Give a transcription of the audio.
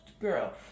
girl